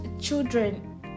children